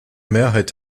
mehrheit